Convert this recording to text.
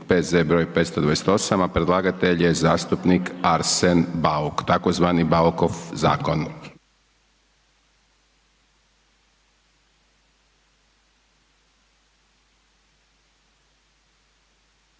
P.Z. br. 528 a predlagatelj je zastupnik Arsen Bauk, tzv. Baukov zakon.